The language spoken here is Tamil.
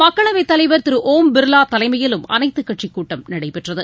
மக்களவைதலைவர் திருஒம் பிர்லாதலைமையிலும் அனைத்துக்கட்சிகூட்டம் நடைபெற்றது